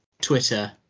Twitter